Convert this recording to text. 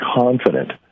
confident